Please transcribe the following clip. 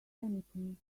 anything